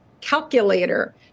Calculator